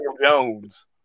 Jones